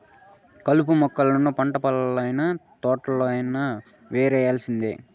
కలుపు మొక్కలను పంటల్లనైన, తోటల్లోనైన యేరేయాల్సిందే